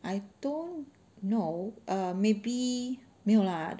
I don't know maybe 没有 lah